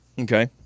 Okay